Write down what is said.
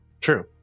True